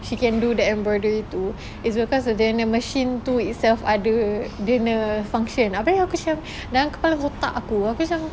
she can do the embroidery too it's because dia punya machine ada dia punya function abeh aku macam dalam kepala otak aku aku macam